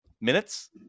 minutes